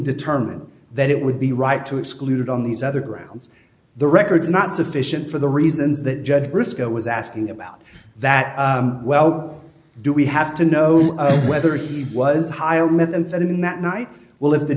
determined that it would be right to exclude on these other grounds the records not sufficient for the reasons that judge briscoe was asking about that well do we have to know whether he was hired methamphetamine that night well if the